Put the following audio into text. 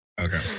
Okay